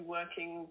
working